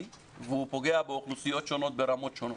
מאוד והוא פוגע באוכלוסיות שונות ברמות שונות.